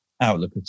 outlook